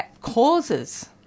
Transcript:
causes